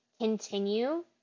continue